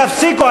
תפסיקו,